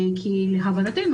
להבנתנו,